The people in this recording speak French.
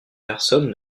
personnes